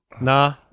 Nah